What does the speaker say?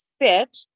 fit